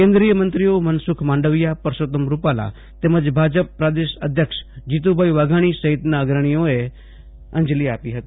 કેન્દ્રિય મંત્રીઓ મનસુખ માંડવીયા પરસોત્તમ રૂપાલા તેમજ ભાજપના પ્રદેશ અધ્યક્ષ જીતુભાઈ વાઘાણી સહિતના અગ્રણીઓએ અંજલી આપી હતી